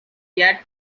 yet